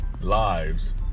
lives